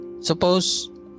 suppose